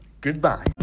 Goodbye